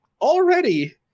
already